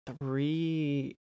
three